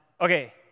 Okay